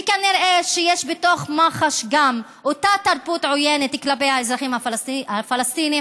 וכנראה יש בתוך מח"ש גם אותה תרבות עוינת כלפי האזרחים הפלסטינים,